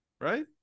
right